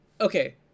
okay